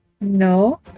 no